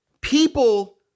people